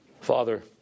Father